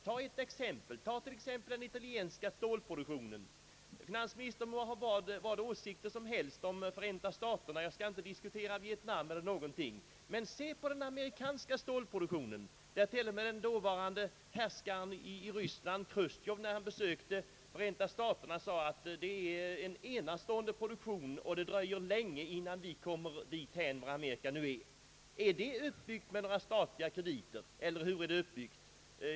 Ta t.ex. den italienska stålproduktionen. Finansministern må ha vad åsikter som helst om Förenta staterna. Jag skall inte diskutera Vietnam eller något annat liknande spörsmål, men se på den amerikanska stålproduktionen! Till och med den dåvarande härskaren i Ryssland Chrustjov sade, när han besökte Förenta staterna, att det är en enastående produktion och det dröjer länge innan Sovjet kommer så långt som Amerika nu gjort. Är USA:s näringsliv uppbyggt med statliga krediter, eller hur är det uppbyggt?